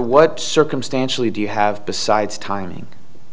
what circumstantially do you have besides timing